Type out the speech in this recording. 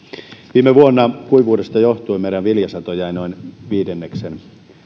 viime vuonna kuivuudesta johtuen meidän viljasatomme jäi noin viidenneksen